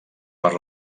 per